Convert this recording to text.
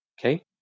okay